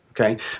okay